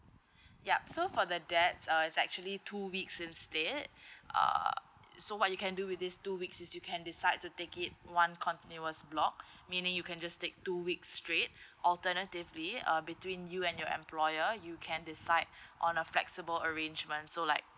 yup so for the dads uh it's actually two weeks instead uh so what you can do with these two weeks is you can decide to take it one continuous block meaning you can just take two weeks straight alternatively uh between you and your employer you can decide on a flexible arrangement so like